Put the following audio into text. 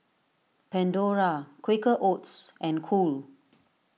Pandora Quaker Oats and Cool